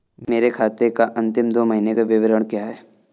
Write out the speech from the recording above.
मेरे खाते का अंतिम दो महीने का विवरण क्या है?